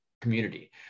community